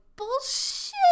bullshit